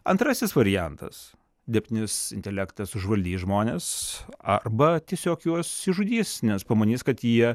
antrasis variantas dirbtinis intelektas užvaldys žmones arba tiesiog juos išžudys nes pamanys kad jie